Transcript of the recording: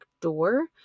door